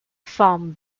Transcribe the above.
thom